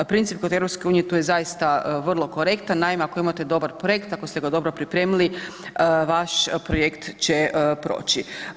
Princip kod EU tu je zaista vrlo korektan, naime ako imate dobar projekt, ako ste ga dobro pripremili, vaš projekt će proći.